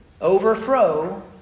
overthrow